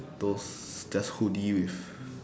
those just hoodie with